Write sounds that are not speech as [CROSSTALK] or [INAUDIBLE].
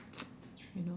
[NOISE]